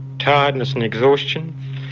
tiredness and exhaustion,